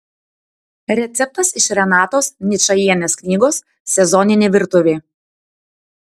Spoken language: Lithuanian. receptas iš renatos ničajienės knygos sezoninė virtuvė